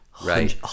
Right